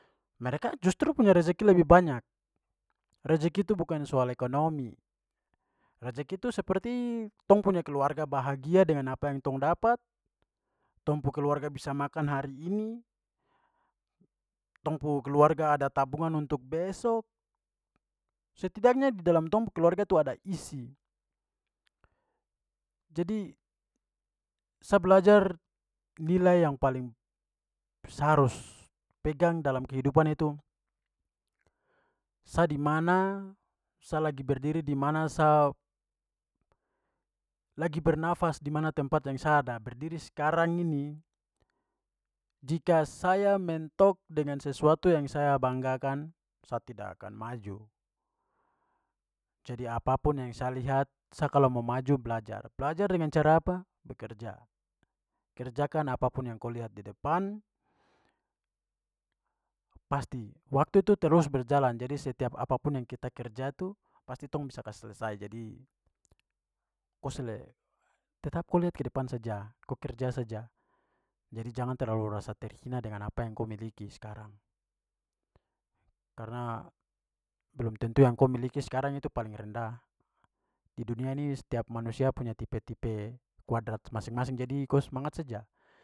Mereka justru punya rejeki lebih banyak. Rejeki itu bukan soal ekonomi. Rejeki itu seperti tong punya punya keluarga bahagia dengan apa yang tong dapat, tong pu keluarga bisa makan hari ini, tong pu keluarga ada tabungan untuk besok. Setidaknya di dalam tong pu keluarga itu ada isi. Jadi sa belajar nilai yang paling sa harus pegang dalam kehidupan itu, sa dimana, sa lagi berdiri dimana, sa lagi bernafas dimana tempat yang saya ada berdiri sekarang ini, jika saya mentok dengan sesuatu yang saya banggakan, sa tidak akan maju. Jadi apapun yang sa lihat, sa kalau mau maju, belajar. Belajar dengan cara apa? Bekerja. Kerjakan apapun yang ko lihat di depan. Pasti waktu itu terus berjalan, jadi setiap apapun yang kita kerja tu pasti tong bisa kasi selesai. Jadi ko tetap ko liat ke depan saja, kau kerja saja. Jadi jangan terlalu rasa terhina dengan apa yang ko miliki sekarang. Karena belum tentu yang ko miliki sekarang itu paling rendah. Di dunia ini setiap manusia punya tipe-tipe quadrat masing-masing jadi ko semangat saja.